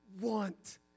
want